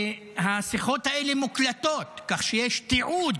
והשיחות האלה מוקלטות, כך שיש תיעוד